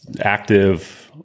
active